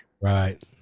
right